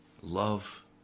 love